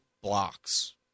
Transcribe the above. blocks